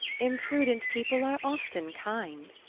imprudent people are often kind,